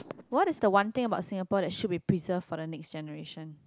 what is the one thing about Singapore that should be preserved for the next generation